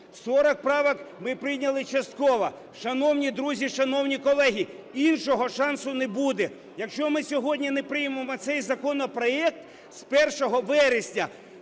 40 правок ми прийняли частково. Шановні друзі, шановні колеги, іншого шансу не буде. Якщо ми сьогодні не приймемо цей законопроект, з 1 вересня